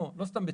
לא סתם בטור.